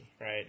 right